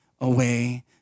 away